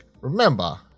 remember